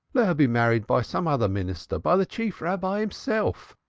let her be married by some other minister by the chief rabbi himself,